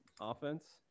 offense